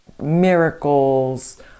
miracles